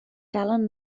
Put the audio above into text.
calen